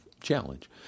challenge